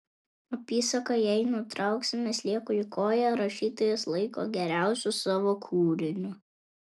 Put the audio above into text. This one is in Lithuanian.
apysaką jei nutrauksime sliekui koją rašytojas laiko geriausiu savo kūriniu